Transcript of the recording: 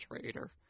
trader